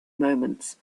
moments